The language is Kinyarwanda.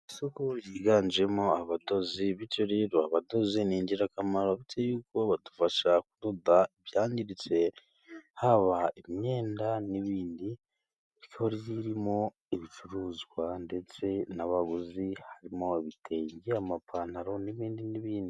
Isoko ryiganjemo abadozi . Bityo rero abadozi ni ingirakamaro biteye ubwoba. Badufasha kudoda ibicitse, haba imyenda n'ibindi . Isoko ririmo ibicuruzwa ndetse n'abaguzi, harimo ibitenge, amapantaro n'ibindi n'ibindi.